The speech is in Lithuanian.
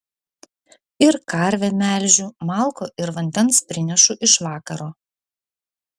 ir karvę melžiu malkų ir vandens prinešu iš vakaro